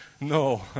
No